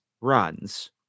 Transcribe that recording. runs